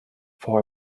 for